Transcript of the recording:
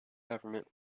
government